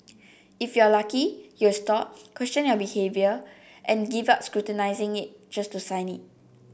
if you're lucky you'll stop question your behaviour and give up scrutinising it just to sign it